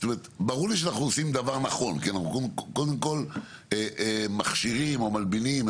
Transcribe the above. ברור לי שאנחנו עושים דבר נכון כי אנחנו קודם כל מכשירים או מלבינים,